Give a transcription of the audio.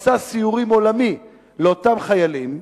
לתכנן מסע סיורים עולמי לאותם חיילים,